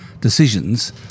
decisions